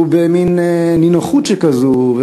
ובמין נינוחות שכזאת,